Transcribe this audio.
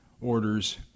orders